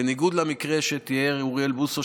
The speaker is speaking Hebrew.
בניגוד למקרה שתיאר אוריאל בוסו,